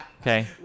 okay